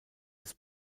des